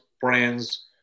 brands